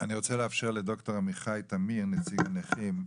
אני רוצה לאפשר לד"ר עמיחי תמיר נציג נכים,